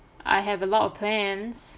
I have a lot of plans